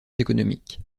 économiques